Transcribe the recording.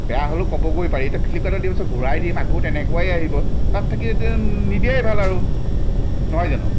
বেয়া হ'লেও ক'বগৈ পাৰি এতিয়া ফ্লিপকাৰ্টত দিয়াৰ পিছতে ঘূৰাই দিম আকৌ তেনেকুৱাই আহিব তাত থাকি নিদিয়াই ভাল আৰু নহয় জানো